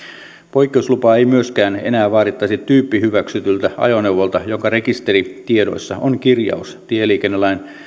poikkeuslupaa ei myöskään enää vaadittaisi tyyppihyväksytyltä ajoneuvolta jonka rekisteritiedoissa on kirjaus tieliikennelain